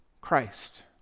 Christ